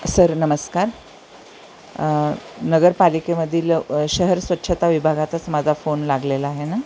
sir नमस्कार नगरपालिकेमधील शहर स्वच्छता विभागातच माझा फोन लागलेला आहे ना